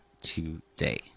today